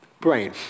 brain